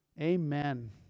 Amen